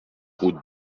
route